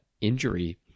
injury